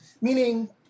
meaning